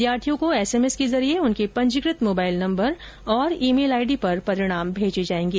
विद्यार्थियों को एसएमएस के जरिये उनके पंजीकृत मोबाइल नंबर और ई मेल आईडी पर भी परिणाम भेजे जाएंगे